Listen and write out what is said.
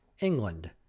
ENGLAND